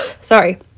Sorry